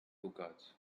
hookahs